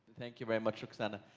thank you very much, roxana.